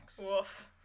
woof